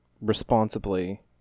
responsibly